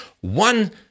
one